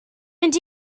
mynd